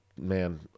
man